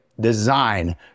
design